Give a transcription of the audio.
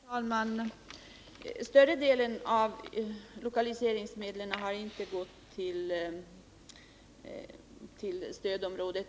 Herr talman! Större delen av lokaliseringsmedlen har inte gått till Fredagen den stödområdet.